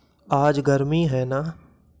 आज गर्मी हैना